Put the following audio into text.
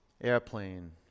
Airplane